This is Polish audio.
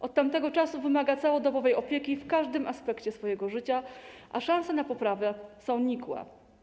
Od tamtego czasu wymaga całodobowej opieki w każdym aspekcie swojego życia, a szanse na poprawę są nikłe.